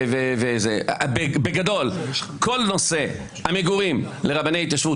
בגדול כל נושא המגורים לרבני התיישבות